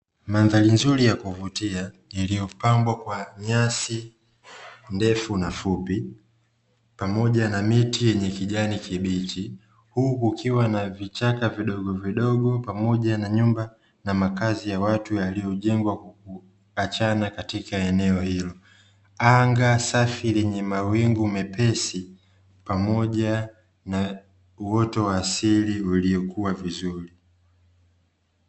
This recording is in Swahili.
Mandhari nzuri ya kuvutia iliyopambwa kwa nyasi ndefu na fupi pamoja na miti yenye kijani kibichi, huku kukiwa na vichaka vidogo vidogo pamoja na nyumba na makazi ya watu yaliyojengwa kwa kuachana katika eneo hilo, anga safi lenye mawingu mepesi pamoja na uoto wa asili uliokua vizuri.